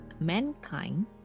mankind